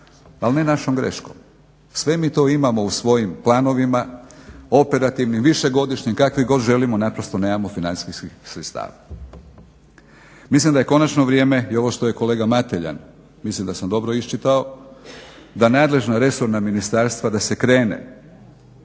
ali ne našom greškom mi to imamo u svojim planovima operativnim višegodišnjim kakvim god želimo naprosto nemamo financijskih sredstava. Mislim da je konačno vrijeme, i ovo što je kolega Mateljan mislim da sam dobro iščitao, da nadležna resorna ministarstva da se krene